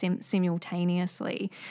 simultaneously